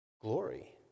glory